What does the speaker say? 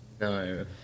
No